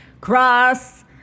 cross